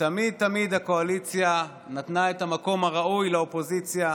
ותמיד תמיד הקואליציה נתנה את המקום הראוי לאופוזיציה,